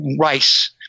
rice